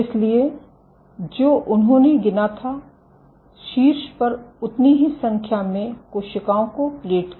इसलिए जो उन्होंने गिना था शीर्ष पर उतनी ही संख्या में कोशिकाएं को प्लेट किया